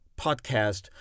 podcast